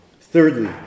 Thirdly